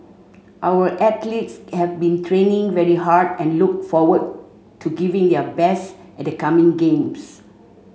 our athletes have been training very hard and look forward to giving their best at the coming games